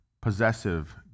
possessive